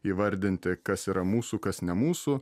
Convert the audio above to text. įvardinti kas yra mūsų kas ne mūsų